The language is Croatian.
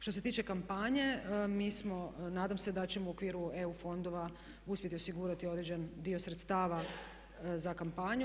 Što se tiče kampanje, mi smo, nadam se da ćemo u okviru EU fondova uspjeti osigurati određeni dio sredstava za kampanju.